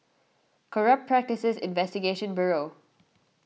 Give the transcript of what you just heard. Corrupt Practices Investigation Bureau